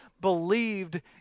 believed